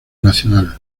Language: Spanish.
nacional